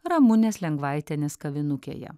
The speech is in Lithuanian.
ramunės lengvaitienės kavinukėje